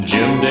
Jim